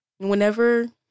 Whenever